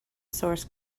source